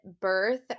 birth